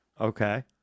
Okay